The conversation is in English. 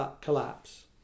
collapse